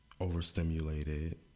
Overstimulated